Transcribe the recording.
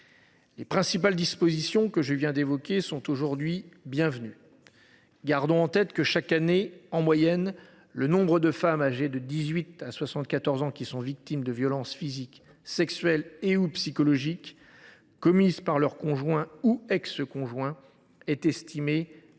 Les principales dispositions que je viens d’évoquer sont aujourd’hui bienvenues. Gardons en tête que, chaque année, on estime que, en moyenne, 321 000 femmes âgées de 18 ans à 74 ans sont victimes de violences physiques, sexuelles ou psychologiques commises par leur conjoint ou ex conjoint. Il s’agit, par cette